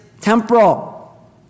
temporal